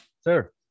Sir